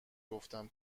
گفتم